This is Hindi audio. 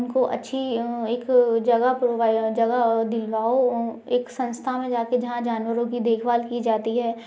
उनको अच्छी अ एक अ जगह जगह दिलवाओ अ एक संस्था में जाकर जहाँ जानवरों की देखभाल की जाती है